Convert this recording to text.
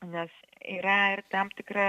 nes yra ir tam tikra